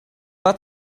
war